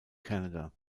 canada